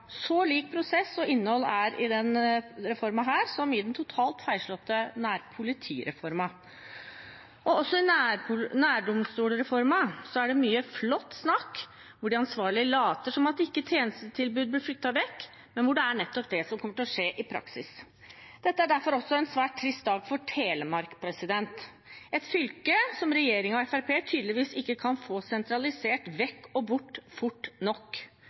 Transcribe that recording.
så lik prosessen og innholdet i denne reformen er den totalt feilslåtte nærpolitireformen. Også i nærdomstolsreformen er det mye flott snakk, hvor de ansvarlige later som at tjenestetilbud ikke blir flyttet vekk, men hvor det er nettopp det som kommer til å skje i praksis. Dette er derfor en svært trist dag for Telemark – et fylke som regjeringen og Fremskrittspartiet tydeligvis ikke kan få sentralisert vekk og bort fort nok.